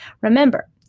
Remember